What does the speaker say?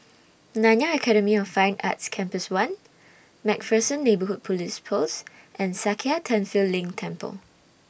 Nanyang Academy of Fine Arts Campus one MacPherson Neighbourhood Police Post and Sakya Tenphel Ling Temple